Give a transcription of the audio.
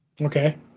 Okay